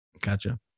Gotcha